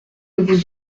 vous